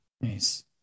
Nice